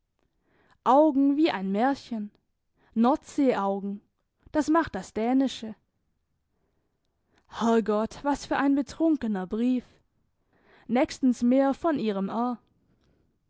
augen wie ein märchen nordseeaugen das macht das dänische herrgott was für ein betrunkener brief nächstens mehr von ihrem